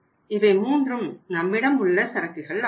இவை மூன்றும் நம்மிடம் உள்ள சரக்குகள் ஆகும்